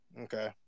Okay